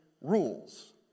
rules